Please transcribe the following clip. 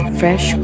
fresh